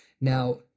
Now